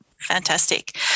Fantastic